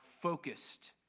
focused